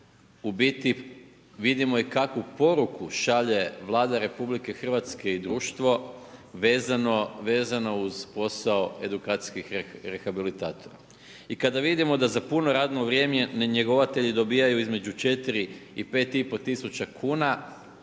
u biti vidimo i kakvu poruku šalje Vlada Republike Hrvatske i društvo vezano uz posao edukacijskih rehabilitatora. I kada vidimo da za puno radno vrijeme njegovatelji dobivaju između 4-5,5 tisuća kn,